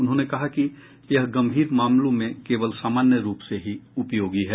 उन्होंने कहा कि यह गंभीर मामलों में केवल सामान्य रूप से ही उपयोगी है